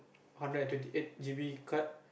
hundred twenty eight G B card